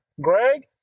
Greg